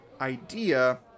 idea